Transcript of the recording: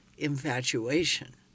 infatuation